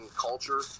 culture